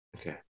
Okay